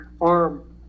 arm